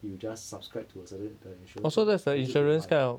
you just subscribe to a certain the insurance lor then 就可以卖